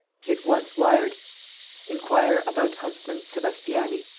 he at once wired inquire about huntsman sebastiani.